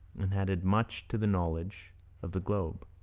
and had added much to the knowledge of the globe.